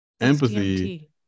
empathy